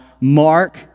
Mark